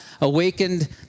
awakened